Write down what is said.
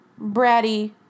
bratty